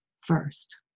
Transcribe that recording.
first